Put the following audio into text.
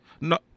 No